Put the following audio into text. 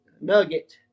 nugget